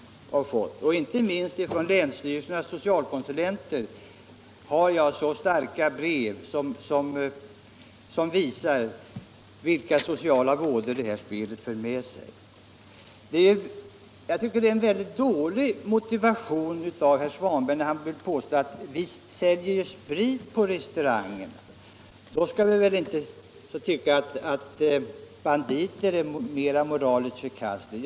Inte minst brev från länsstyrelsernas socialkonsulenter visar vilka sociala vådor det här spelet för med sig. Jag tycker att det är ett dåligt argument när herr Svanberg säger att vi säljer sprit på restauranger. då skall vi inte tycka att banditer är mera moraliskt förkastligt.